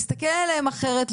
להסתכל עליהם אחרת,